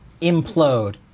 implode